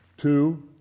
Two